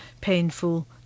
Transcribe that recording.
painful